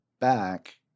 back